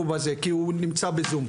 כי הוא נמצא בזום.